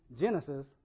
Genesis